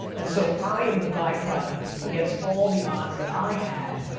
and so i am the byproduct, against all the odds that i had,